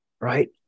Right